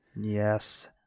Yes